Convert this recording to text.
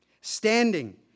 Standing